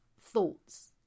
thoughts